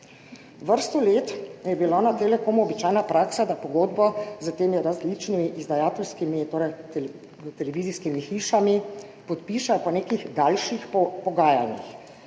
Vrsto let je bila na Telekomu običajna praksa, da pogodbo s temi različnimi televizijskimi hišami podpišejo po nekih daljših pogajanjih.